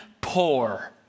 poor